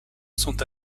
sont